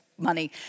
money